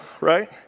right